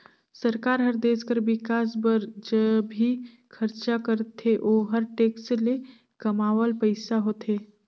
सरकार हर देस कर बिकास बर ज भी खरचा करथे ओहर टेक्स ले कमावल पइसा होथे